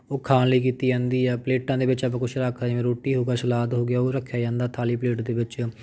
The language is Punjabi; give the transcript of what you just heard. ਉਹ ਖਾਣ ਲਈ ਕੀਤੀ ਜਾਂਦੀ ਆ ਪਲੇਟਾਂ ਦੇ ਵਿੱਚ ਆਪਾਂ ਕੁਛ ਰੱਖਦੇ ਜਿਵੇਂ ਰੋਟੀ ਹੋ ਗਿਆ ਸਲਾਦ ਹੋ ਗਿਆ ਉਹ ਰੱਖਿਆ ਜਾਂਦਾ ਥਾਲੀ ਪਲੇਟ ਦੇ ਵਿੱਚ